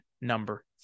number